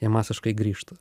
jie masiškai grįžta